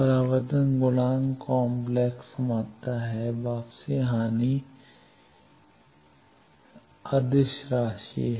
परावर्तन गुणांक काम्प्लेक्स मात्रा है वापसी हानि अदिश राशि है